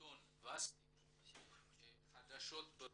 העיתון וסטי חדשות ברוסית,